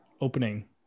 opening